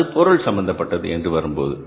அது பொருள் சம்பந்தப்பட்டது என்று வரும்போது